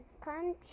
come